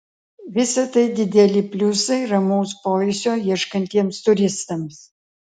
visa tai dideli pliusai ramaus poilsio ieškantiems turistams